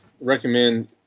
recommend